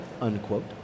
unquote